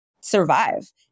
survive